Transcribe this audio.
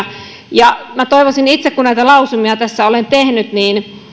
minä toivoisin itse kun näitä lausumia tässä olen tehnyt